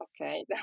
okay